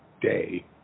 day